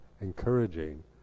encouraging